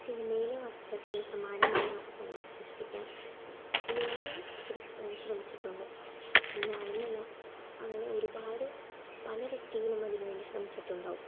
സിനിമയിലെ വസ്ത്രത്തിന് സമാനമായ വസ്ത്രങ്ങൾ സൃഷ്ടിക്കാൻ ഞാനും സൃഷ് ശ്രമിച്ചിട്ടുണ്ട് ഞാനെന്നല്ല ഒരുപാട് പല വ്യക്തികളും അതിനുവേണ്ടി ശ്രമിച്ചിട്ടുണ്ടാകും